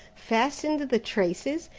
fastened the traces,